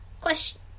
question